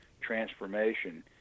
transformation